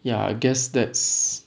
ya I guess that's